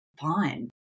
fine